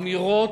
אמירות,